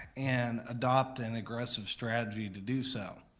and adopt an aggressive strategy to do so.